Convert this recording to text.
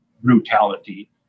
brutality